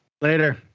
later